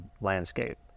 landscape